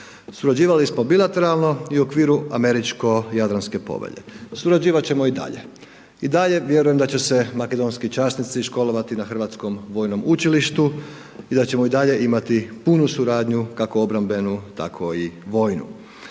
Surađivali smo bilateralno i u okviru Američko-jadranske povelje. Surađivat ćemo i dalje. I dalje vjerujem da će se makedonski časnici školovati na Hrvatskom vojnom učilištu i da ćemo i dalje imati punu suradnju kako obrambenu tako i vojnu.